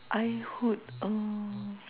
I would uh